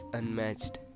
unmatched